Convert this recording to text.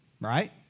right